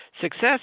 success